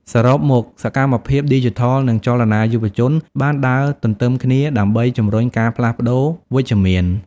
សរុបមក សកម្មភាពឌីជីថលនិងចលនាយុវជនបានដើរទន្ទឹមគ្នាដើម្បីជំរុញការផ្លាស់ប្ដូរវិជ្ជមាន។